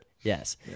Yes